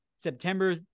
September